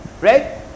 right